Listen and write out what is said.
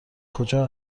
کجا